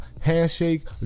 handshake